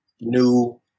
new